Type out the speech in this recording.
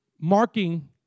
marking